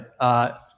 right